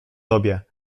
tobie